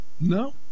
No